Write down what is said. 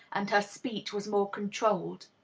and her speech was more controlled.